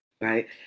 right